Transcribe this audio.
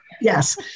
Yes